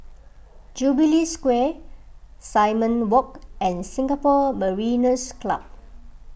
Jubilee Square Simon Walk and Singapore Mariners' Club